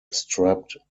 strapped